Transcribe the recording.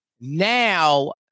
now